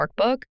workbook